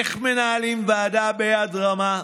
איך מנהלים ועדה ביד רמה,